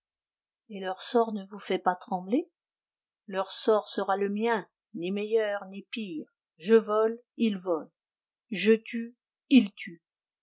et leur sort ne vous fait pas trembler leur sort sera le mien ni meilleur ni pire je vole ils volent je tue ils tuent